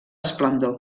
esplendor